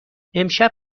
امشب